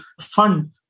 fund